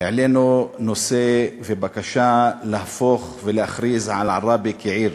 העלינו נושא ובקשה להפוך ולהכריז על עראבה כעיר.